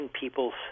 people's